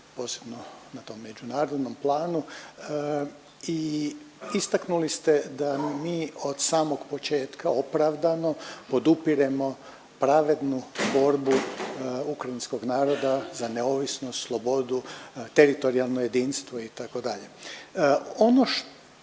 posebno na tom međunarodnom planu i istaknuli ste da mi od samog početka opravdano podupiremo pravednu borbu ukrajinskog naroda za neovisnost, slobodu, teritorijalno jedinstvo itd.. Ono što